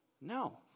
No